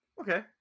Okay